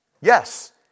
Yes